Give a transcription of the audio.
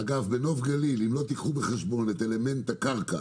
אגב בנוף גליל אם לא תיקחו בחשבון את אלמנט הקרקע,